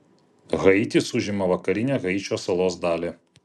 haitis užima vakarinę haičio salos dalį